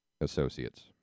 associates